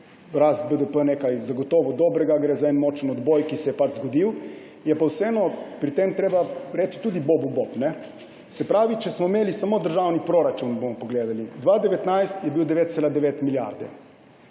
rast BDP zagotovo nekaj dobrega. Gre za močan odboj, ki se je zgodil. Je pa vseeno pri tem treba reči tudi bobu bob. Se pravi, če smo imeli samo državni proračun, bomo pogledali, 2019 je bil 9,9 milijarde,